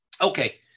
Okay